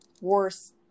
worse